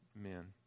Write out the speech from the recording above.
men